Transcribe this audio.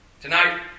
Tonight